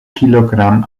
kilogramm